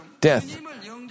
death